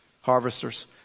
Harvesters